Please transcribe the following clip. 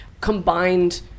combined